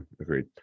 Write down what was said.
agreed